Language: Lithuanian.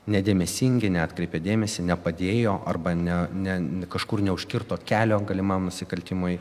nedėmesingi neatkreipė dėmesį nepadėjo arba ne ne kažkur neužkirto kelio galimam nusikaltimui